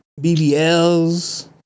BBLs